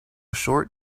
short